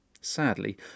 Sadly